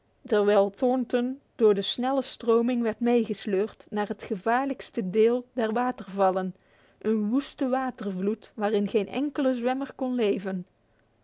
terwijl thornton door de snelle stroming werd meegesleurd naar het gevaarlijkste gedeelte der watervallen een woeste watervloed waarin geen enkele zwemmer kon leven